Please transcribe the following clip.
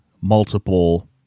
multiple